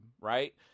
right